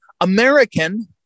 American